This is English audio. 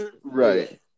Right